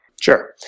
Sure